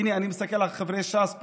הינה, אני מסתכל על חברי ש"ס פה,